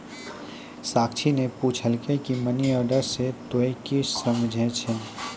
साक्षी ने पुछलकै की मनी ऑर्डर से तोंए की समझै छौ